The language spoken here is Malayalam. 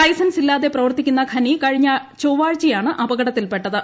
ലൈസൻസില്ലാതെ പ്രവർത്തിക്കുന്ന ഖനി കഴിഞ്ഞ ചൊവ്വാഴ്ചയാണ് അപകടത്തിൽപ്പെട്ടത്